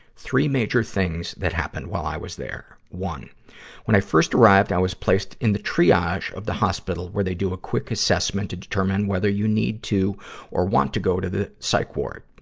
three major things that happened while i was there. when i first arrived, i was placed in the triage of the hospital, where they do a quick assessment to determine whether you need to or want to go to the psych ward.